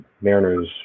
Mariners